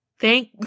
Thank